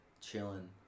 chilling